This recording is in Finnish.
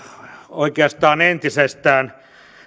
oikeastaan entisestään